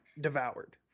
devoured